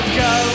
go